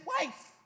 wife